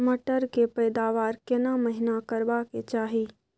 मटर के पैदावार केना महिना करबा के चाही?